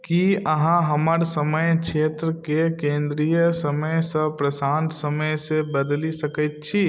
की अहाँ हमर समय क्षेत्रके केंद्रीय समय सऽ प्रशांत समय सऽ बदलि सकैत छी